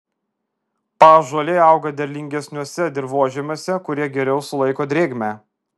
paąžuoliai auga derlingesniuose dirvožemiuose kurie geriau sulaiko drėgmę